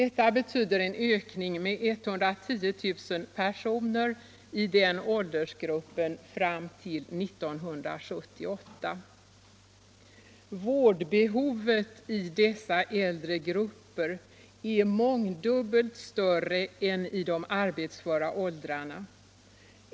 Detta betyder en ökning med 110 000 personer i den åldersgruppen fram till 1978. Vårdbehovet i dessa äldre grupper är mångdubbelt större än i de arbetsföra åldrarna.